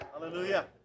Hallelujah